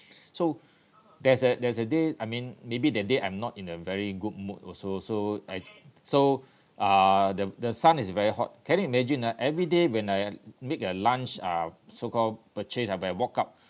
so there's a there's a day I mean maybe that day I'm not in a very good mood also so I so ah the the sun is very hot can you imagine ah everyday when I make a lunch uh so called purchase ah by walk out